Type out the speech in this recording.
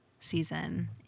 season